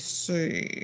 see